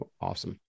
awesome